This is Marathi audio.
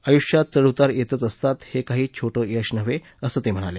आयूष्यात चढउतार येतच असतात हे काही छोटं यश नव्हे असं ते म्हणाले